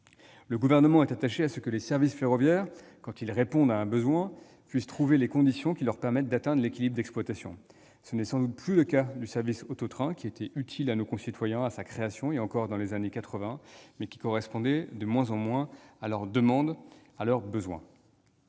Le Gouvernement est attaché à ce que les services ferroviaires, quand ils répondent à un besoin, puissent trouver les conditions qui leur permettent d'atteindre l'équilibre d'exploitation. Ce n'est sans doute plus le cas du service auto-train, qui était utile à nos concitoyens à sa création et encore dans les années 1980, mais qui correspondait de moins en moins à leurs besoins.